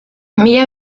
mila